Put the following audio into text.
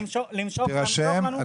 תרשם.